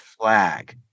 flag